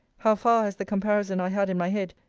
how far has the comparison i had in my head,